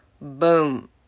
Boom